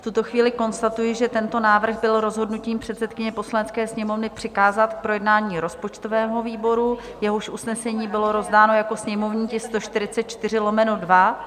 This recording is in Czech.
V tuto chvíli konstatuji, že tento návrh byl rozhodnutím předsedkyně Poslanecké sněmovny přikázán k projednání rozpočtovému výboru, jehož usnesení bylo rozdáno jako sněmovní tisk 144/2.